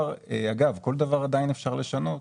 אגב, כל דבר עדיין אפשר לשנות.